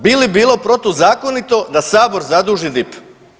Bi li bilo protuzakonito da Sabor zaduži DIP?